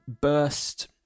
burst